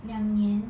两年